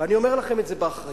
ואני אומר לכם את זה באחריות.